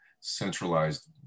centralized